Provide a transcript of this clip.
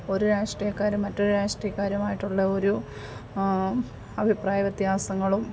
ഒരു രാഷ്ട്രീയക്കാർ മറ്റൊരു രാഷ്ട്രീയക്കാരുമായിട്ടുള്ള ഒരു അഭിപ്രായ വ്യത്യാസങ്ങളും